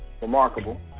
remarkable